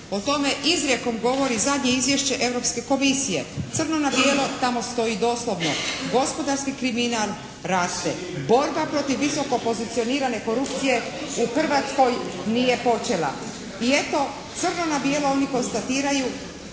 O tome izrijekom govori zadnje izvješće Europske komisije. Crno na bijelo tamo stoji doslovno – gospodarski kriminal raste, borba protiv visoko pozicionirane korupcije u Hrvatskoj nije počela i eto crno na bijelo oni konstatiraju